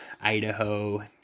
Idaho